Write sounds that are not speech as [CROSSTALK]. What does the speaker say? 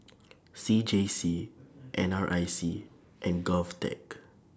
[NOISE] C J C N R I C and Govtech